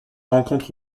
rencontre